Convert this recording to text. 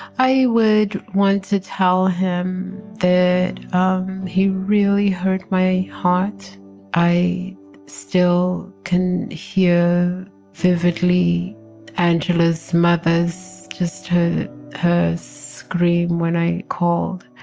i would want to tell him that um he really hurt my heart i still can hear vividly angela's mothers just heard her scream when i called.